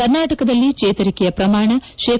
ಕರ್ನಾಟಕದಲ್ಲಿ ಚೇತರಿಕೆಯ ಪ್ರಮಾಣ ಶೇ